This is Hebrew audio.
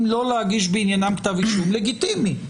לא להגיש בעניינם כתב אישום לגיטימי,